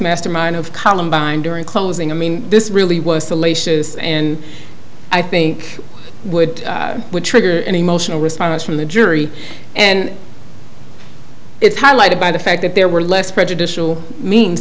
mastermind of columbine during closing i mean this really was salacious and i think it would trigger an emotional response from the jury and it's highlighted by the fact that there were less prejudicial means